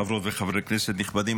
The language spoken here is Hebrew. חברות וחברי כנסת נכבדים,